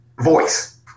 voice